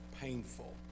painful